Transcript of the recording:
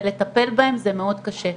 ולטפל בהם זה מאוד קשה.